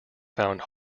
found